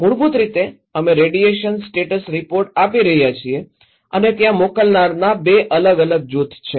મૂળભૂત રીતે અમે રેડિયેશન સ્ટેટસ રિપોર્ટ આપી રહ્યા છીએ અને ત્યાં મોકલનારના બે અલગ અલગ જૂથ છે